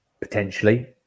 potentially